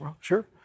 Sure